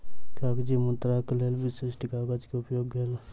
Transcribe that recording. कागजी मुद्राक लेल विशिष्ठ कागज के उपयोग गेल